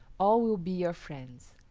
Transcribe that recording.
all will be your friends.